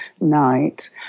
night